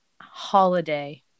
Holiday